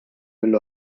mill